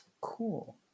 Cool